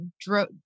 drove